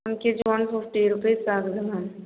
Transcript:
one KG one fifty rupees ஆகுது